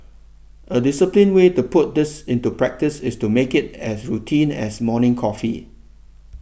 a disciplined way to put this into practice is to make it as routine as morning coffee